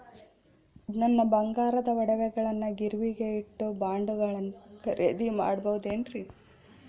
ನನ್ನ ಬಂಗಾರದ ಒಡವೆಗಳನ್ನ ಗಿರಿವಿಗೆ ಇಟ್ಟು ಬಾಂಡುಗಳನ್ನ ಖರೇದಿ ಮಾಡಬಹುದೇನ್ರಿ?